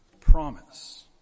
promise